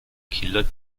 killer